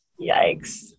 yikes